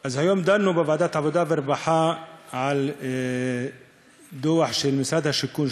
אז היום דנו בוועדת העבודה והרווחה בדוח של משרד השיכון,